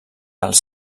els